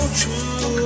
true